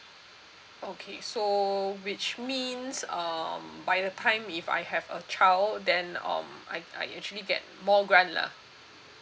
okay so which means um by the time if I have a child then um I I actually get more grant lah